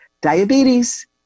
diabetes